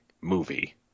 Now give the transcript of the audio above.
movie